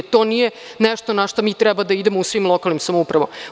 To nije nešto na šta treba da idemo u svim lokalnim samoupravama.